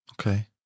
Okay